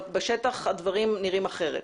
בשטח הדברים נראים אחרת.